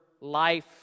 life